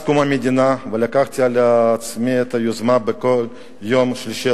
לקחתי על עצמי את היוזמה ובכל יום שלישי,